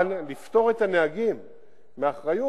אבל לפטור את הנהגים מאחריות,